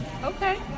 Okay